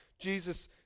Jesus